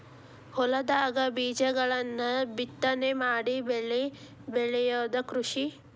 ಹೊಲದಾಗ ಬೇಜಗಳನ್ನ ಬಿತ್ತನೆ ಮಾಡಿ ಬೆಳಿ ಬೆಳಿಯುದ ಕೃಷಿ